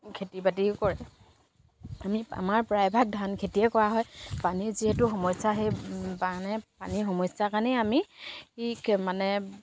খেতি বাতিও কৰে আমি আমাৰ প্ৰায়ভাগ ধান খেতিয়ে কৰা হয় পানীৰ যিহেতু সমস্যা সেই মানে পানীৰ সমস্যাৰ কাৰণেই আমি কি মানে